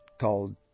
Called